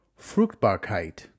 Fruchtbarkeit